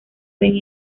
ven